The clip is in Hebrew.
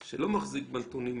נכון?